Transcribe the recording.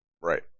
Right